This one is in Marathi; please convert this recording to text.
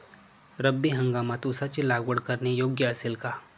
रब्बी हंगामात ऊसाची लागवड करणे योग्य असेल का?